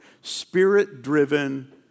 Spirit-driven